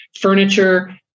Furniture